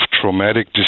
traumatic